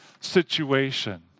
situation